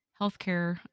healthcare